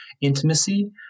intimacy